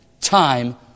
time